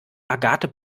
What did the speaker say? agathe